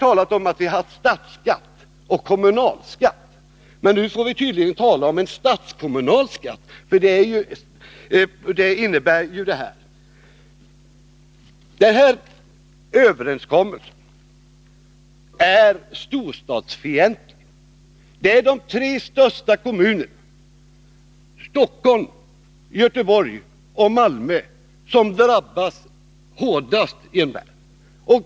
Tidigare har vi talat om statsskatt och kommunalskatt, men nu får vi tydligen tala om en statskommunal skatt, för det innebär detta förslag. Den här överenskommelsen är också storstadsfientlig. Det är de tre största kommunerna, Stockholm, Göteborg och Malmö, som drabbas hårdast.